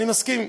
אני מסכים.